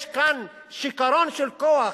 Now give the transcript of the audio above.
יש כאן שיכרון של כוח.